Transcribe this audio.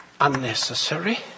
unnecessary